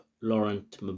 Laurent